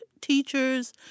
teachers